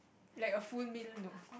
like a full meal no